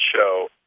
show